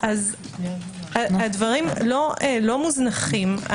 אז הדברים לא מוזנחים.